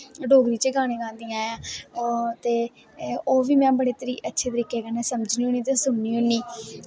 डोगरी च गाने गांदियां ऐं ते ओह् बी में बड़े अच्छे तरीके कन्नै समझनी होनी ते सुननी होन्नी